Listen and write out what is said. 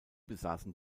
besaßen